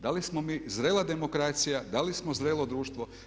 Da li smo mi zrela demokracija, da li smo zrelo društvo?